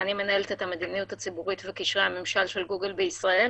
ואני מנהלת את המדיניות הציבורית וקשרי הממשל של גוגל בישראל.